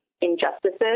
injustices